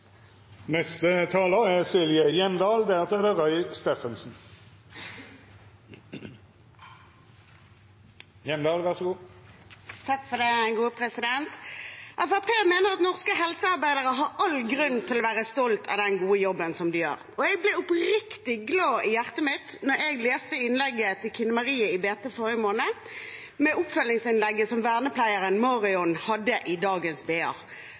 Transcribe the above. mener at norske helsearbeidere har all grunn til å være stolte av den gode jobben de gjør. Jeg ble oppriktig glad i hjertet mitt da jeg leste innlegget til Kine Marie i Bergens Tidende i forrige måned og oppfølgingsinnlegget som vernepleieren Marion hadde i dagens